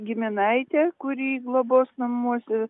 giminaitę kuri globos namuose